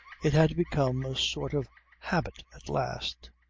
it had become a sort of habit at last.